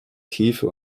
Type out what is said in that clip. tiefe